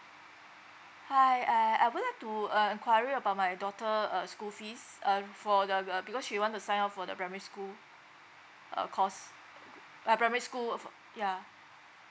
hi uh I would like to uh enquiry about my daughter uh school fees um for the uh because she want to sign up for the primary school uh course uh primary school uh f~ yeah